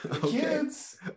kids